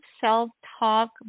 self-talk